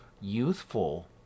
youthful